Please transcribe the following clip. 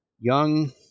young